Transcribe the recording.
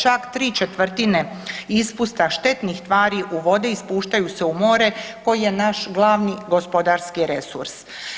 Čak ¾ ispusta štetnih tvari u vode ispuštaju se u more koji je naš glavni gospodarski resurs.